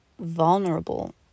vulnerable